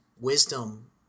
wisdom